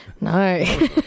No